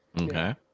Okay